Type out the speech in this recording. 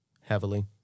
heavily